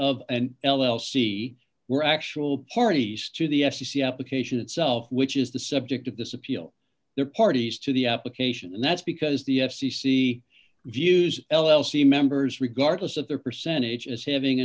of and l l c were actual parties to the f c c application itself which is the subject of this appeal their parties to the application and that's because the f c c views l l c members regardless of their percentage as having